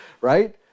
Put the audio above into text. right